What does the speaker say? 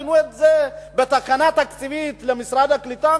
תנו את זה בתקנה תקציבית למשרד הקליטה,